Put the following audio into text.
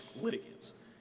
litigants